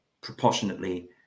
proportionately